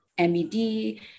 MED